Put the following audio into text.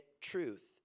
truth